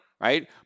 right